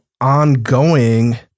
ongoing